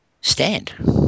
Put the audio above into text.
stand